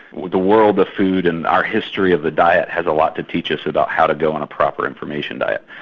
the world of food and our history of the diet has a lot to teach us about how to go on a proper information diet.